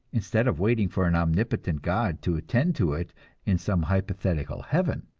instead of waiting for an omnipotent god to attend to it in some hypothetical heaven.